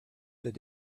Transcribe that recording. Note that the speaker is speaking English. that